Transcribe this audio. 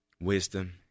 wisdom